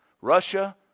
Russia